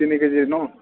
তিনি কেজি ন